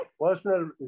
personal